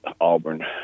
auburn